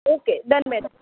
okay done madam